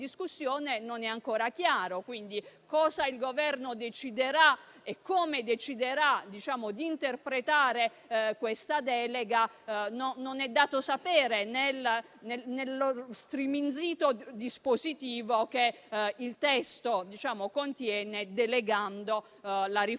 non è ancora chiaro. Quindi, cosa il Governo deciderà e come deciderà di interpretare questa delega non è dato sapere nello striminzito dispositivo che il testo contiene, delegando la riforma